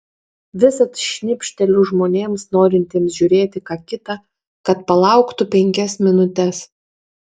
visad šnibžteliu žmonėms norintiems žiūrėti ką kita kad palauktų penkias minutes